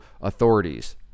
authorities